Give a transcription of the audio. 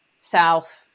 south